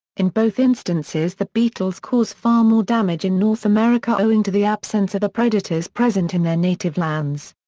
in both instances the beetles cause far more damage in north america owing to the absence of the predators present in their native lands.